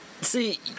see